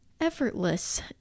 effortless